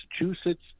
Massachusetts